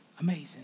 amazing